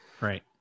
Right